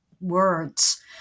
words